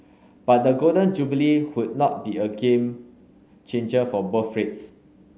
but the Golden Jubilee would not be a game changer for birth rates